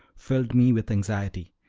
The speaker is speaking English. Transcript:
filled me with anxiety,